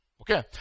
Okay